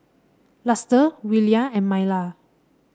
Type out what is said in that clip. Luster Willia and Myla